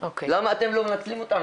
למה אתם לא מנצלים אותנו?